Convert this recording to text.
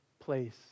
place